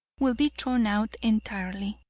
will be thrown out entirely.